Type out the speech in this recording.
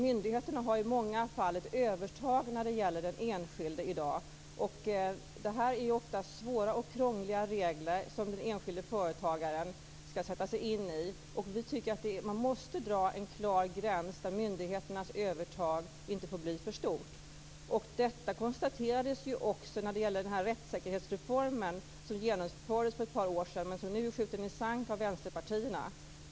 Myndigheterna har i många fall ett övertag när det gäller den enskilde i dag, och det är ofta svåra och krångliga regler som den enskilde företagaren skall sätta sig in i. Vi tycker att man måste dra en klar gräns, där myndigheternas övertag inte får bli för stort. Detta konstateras också när det gäller rättssäkerhetsreformen, som genomfördes för ett par år sedan men som nu är skjuten i sank av vänsterpartierna.